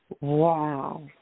Wow